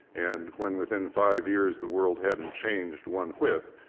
and when, within five years, the world hadn't changed one whit,